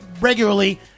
regularly